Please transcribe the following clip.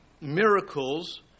miracles